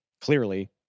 Clearly